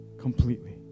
completely